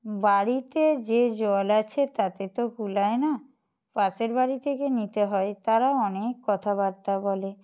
বাড়িতে যে জল আছে তাতে তো কুলায় না পাশের বাড়ি থেকে নিতে হয় তারা অনেক কথাবার্তা বলে